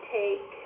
take